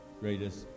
greatest